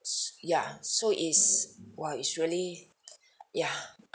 s~ ya so it's !wah! it's really yeah